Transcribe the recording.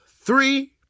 three